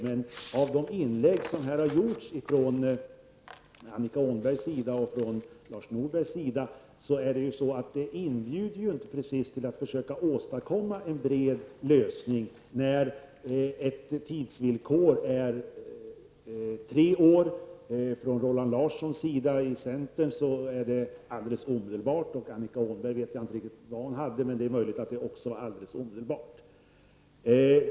Men de inlägg som har gjorts från Annika Åhnberg och Lars Norberg inbjuder inte precis till försök att åstadkomma en bred lösning. Ett tidsvillkor är tre år. Roland Larsson, centern vill att avvecklingen skall ske alldeles omedelbart. Jag vet inte riktigt vad Annika Åhnberg vill, men det är möjligt att de också vill att det skall ske alldeles omedelbart.